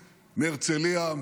מהרצליה,